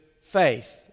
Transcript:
faith